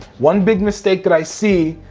one big mistake that i see,